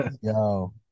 yo